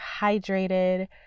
hydrated